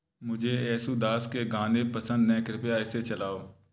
मुझे येसुदास के गाने पसंद हैं कृपया इसे चलाओ